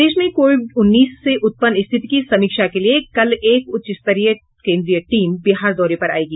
प्रदेश में कोविड उन्नीस से उत्पन्न स्थिति की समीक्षा के लिये कल एक उच्च स्तरीय केंद्रीय टीम बिहार दौरे पर आयेगी